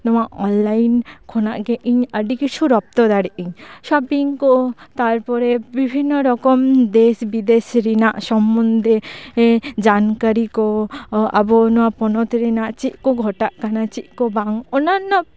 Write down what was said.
ᱱᱚᱣᱟ ᱚᱱᱞᱟᱭᱤᱱ ᱠᱷᱚᱱᱟᱜ ᱜᱮ ᱤᱧ ᱟᱹᱰᱤ ᱠᱤᱪᱷᱩ ᱨᱚᱯᱛᱚ ᱫᱟᱲᱮᱜ ᱤᱧ ᱥᱚᱯᱤᱝ ᱠᱚ ᱛᱟᱨᱯᱚᱨᱮ ᱵᱤᱵᱷᱤᱱᱱᱚ ᱨᱚᱠᱚᱢ ᱫᱮᱥ ᱵᱤᱫᱮᱥ ᱨᱮᱱᱟᱜ ᱥᱚᱢᱵᱚᱱᱫᱷᱮ ᱡᱟᱱᱠᱟᱨᱤ ᱠᱚ ᱟᱵᱚ ᱱᱚᱣᱟ ᱯᱚᱱᱚᱛ ᱨᱮᱱᱟᱜ ᱪᱮᱫ ᱠᱚ ᱜᱷᱚᱴᱟᱜ ᱠᱟᱱᱟ ᱪᱮᱫ ᱠᱚ ᱵᱟᱝ ᱚᱱᱟ ᱨᱮᱱᱟᱜ